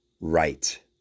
right